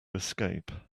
escape